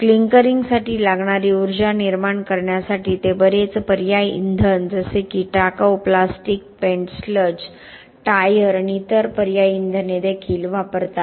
क्लिंकरिंगसाठी लागणारी उर्जा निर्माण करण्यासाठी ते बरेच पर्यायी इंधन जसे की टाकाऊ प्लास्टिक पेंट स्लज टायर आणि इतर पर्यायी इंधने देखील वापरतात